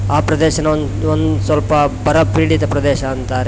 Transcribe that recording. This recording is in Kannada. ಆ ಪ್ರದೇಶನ ಒಂದು ಒಂದು ಸ್ವಲ್ಪ ಬರಪೀಡಿತ ಪ್ರದೇಶ ಅಂತಾರೆ